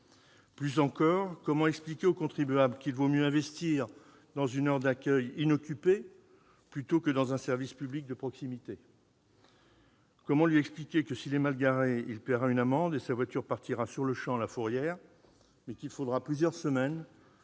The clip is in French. Plus encore, comment expliquer au contribuable qu'il vaut mieux investir dans une aire d'accueil inoccupée plutôt que dans un service public de proximité ? Comment lui expliquer que, s'il est mal garé, il paiera une amende et que sa voiture partira sur-le-champ à la fourrière, mais qu'il faudra plusieurs semaines